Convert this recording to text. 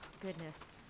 Goodness